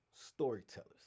storytellers